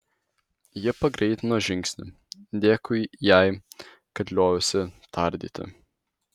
ji pagreitino žingsnį dėkui jai kad liovėsi tardyti